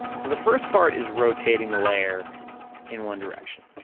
so the first part is rotating the layer in one direction,